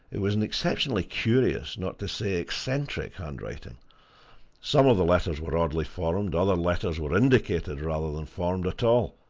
it was an exceptionally curious, not to say eccentric, handwriting some of the letters were oddly formed, other letters were indicated rather than formed at all.